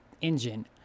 engine